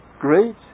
great